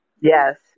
Yes